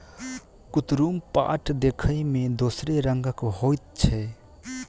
कुतरुम पाट देखय मे दोसरे रंगक होइत छै